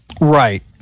Right